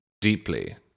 deeply